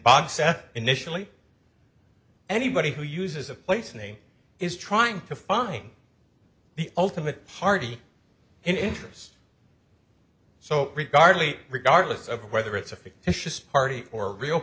said initially anybody who uses a place name is trying to find the ultimate party interest so regard late regardless of whether it's a fictitious party or a real